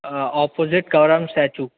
opposite Kanwar Ram statue